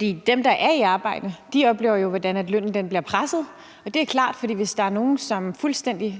de, der er i arbejde, oplever jo, hvordan lønnen bliver presset, og det er klart, for hvis der er nogle, som står til fuldstændig